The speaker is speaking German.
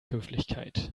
höflichkeit